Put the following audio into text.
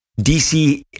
DC